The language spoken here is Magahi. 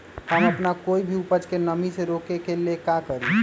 हम अपना कोई भी उपज के नमी से रोके के ले का करी?